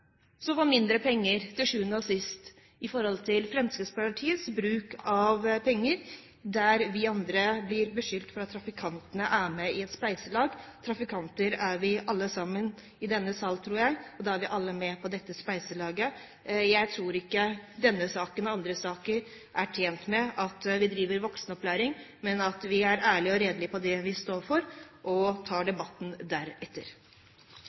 mindre penger til sjuende og sist, på grunn av Fremskrittspartiets bruk av penger der vi andre blir beskyldt for at trafikantene er med i et spleiselag. Trafikanter er vi alle sammen i denne sal, tror jeg, og da er vi alle med på dette spleiselaget. Jeg tror ikke denne saken og andre saker er tjent med at vi driver voksenopplæring, men at vi er ærlige og redelige på det vi står for, og tar